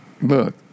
look